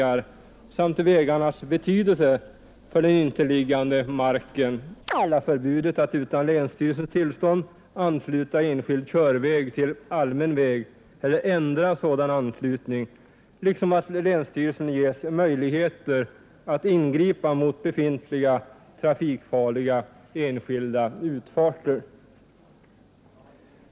Bland nyheterna i den nu föreslagna lagstiftningen på vägområdet må också framhållas de som tillgodoser kraven på en ökad trafiksäkerhet, vilket bl.a. ges uttryck i väghållarens rätt att inom ramen för tillgängliga ekonomiska resurser ordna belysning på vägarna, det generalla förbudet att utan länsstyrelsens tillstånd ansluta enskild körväg till allmän väg eller ändra sådan anslutning, liksom att länsstyrelsen ges möjligheter att ingripa mot befintliga trafikfarliga enskilda utfarter.